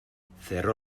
cerró